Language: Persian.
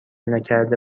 نکرده